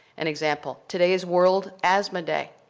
an example. today is world asthma day.